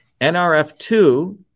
NRF2